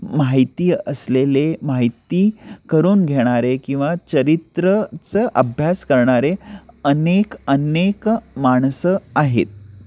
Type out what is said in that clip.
माहिती असलेले माहिती करून घेणारे किंवा चरित्राचा अभ्यास करणारे अनेक अनेक माणसं आहेत